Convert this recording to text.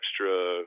extra –